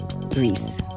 Greece